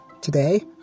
today